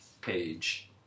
page